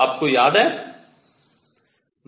आपको याद है